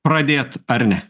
pradėt ar ne